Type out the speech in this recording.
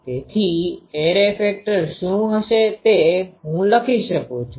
તેથી array factor શું હશે તે હું લખી શકું છું